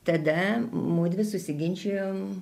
tada mudvi susiginčijom